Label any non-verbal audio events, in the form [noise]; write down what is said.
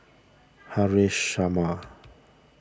[noise] Haresh Sharma